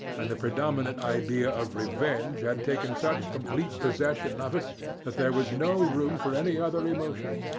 and the predominant idea of revenge had taken such complete possession of it that there was no room for any other emotion.